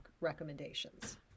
recommendations